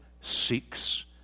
seeks